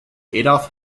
adolf